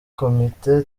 komite